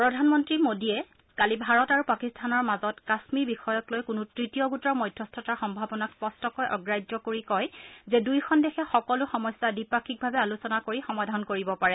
প্ৰধানমন্ত্ৰী নৰেন্দ্ৰ মোডীয়ে কালি ভাৰত আৰু পাকিস্তানৰ মাজত কাশ্মীৰ বিষয়কলৈ কোনো তৃতীয় গোটৰ মধ্যস্থতাৰ সম্ভাৱনাক স্পষ্টকৈ অগ্ৰাহ্য কৰি কয় যে দুয়োখন দেশে সকলো সমস্যা দ্বিপাক্ষিকভাৱে আলোচনা কৰি সমাধান কৰিব পাৰে